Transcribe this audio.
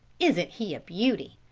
isn't he a beauty?